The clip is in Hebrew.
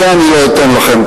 זה אני לא אתן לכם.